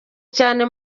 cyane